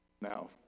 now